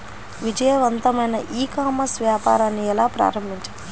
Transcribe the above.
విజయవంతమైన e commerce వ్యాపారాన్ని ఎలా ప్రారంభించాలి?